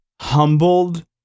humbled